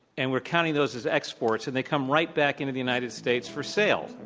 and we're counting those as exports and they come right back into the united states for sale.